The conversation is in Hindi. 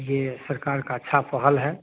ये सरकार का अच्छा पहल है